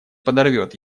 подорвет